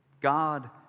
God